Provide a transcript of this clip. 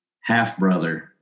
half-brother